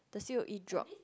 the c_o_e drop